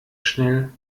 schnell